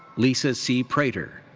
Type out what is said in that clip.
lisa c. prater.